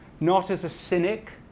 not as a cynic.